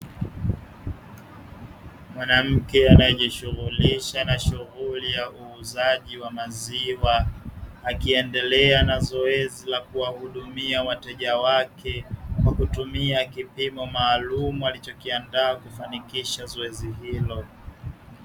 Mwanamke anayejishughulisha na shughuli ya uuzaji wa maziwa, akiendelea na zoezi la kuwahudumia wateja wake kwa kutumia kipimo maalumu; alichokiandaa kufanikisha zoezi hilo.